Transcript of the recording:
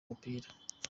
umupira